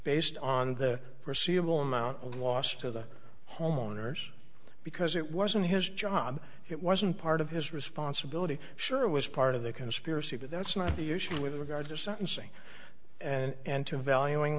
based on the forseeable amount of loss to the homeowners because it wasn't his job it wasn't part of his responsibility sure it was part of the conspiracy but that's not the issue with regard to sentencing and to valuing